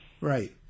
Right